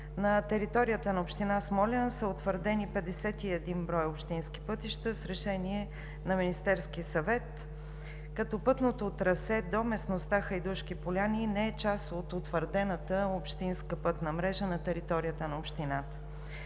На територията на община Смолян са утвърдени 51 броя общински пътища с решение на Министерския съвет, като пътното трасе до местността „Хайдушки поляни“ не е част от утвърдената общинска пътна мрежа на територията на общината.